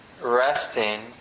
resting